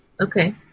okay